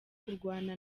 kurwana